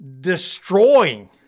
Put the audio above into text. destroying